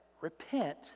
repent